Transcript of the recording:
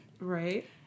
Right